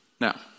Now